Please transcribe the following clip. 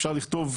אפשר לכתוב,